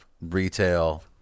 Retail